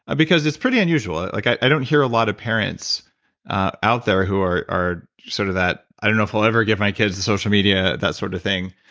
because it's pretty unusual. like i i don't hear a lot of parents out there who are are sort of that, i don't know if i'll ever give my kids the social media. that sort of thing.